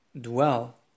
dwell